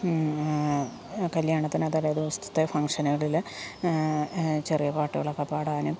കല്യാണത്തിന് തലേദിവസത്തെ ഫംഗ്ഷനുകളിൽ ചെറിയ പാട്ടുകളൊക്കെ പാടാനും